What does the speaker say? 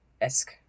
Esque